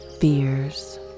fears